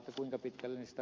arvoisa puhemies